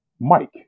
Mike